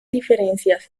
diferencias